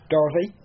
Dorothy